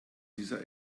dieser